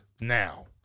now